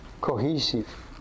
cohesive